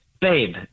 babe